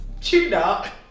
tuna